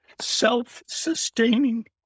self-sustaining